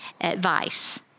advice